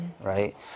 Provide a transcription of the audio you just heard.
right